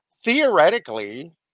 theoretically